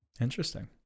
Interesting